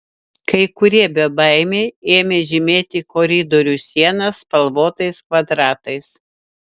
kai kurie bebaimiai ėmė žymėti koridorių sienas spalvotais kvadratais